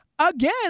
Again